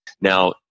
Now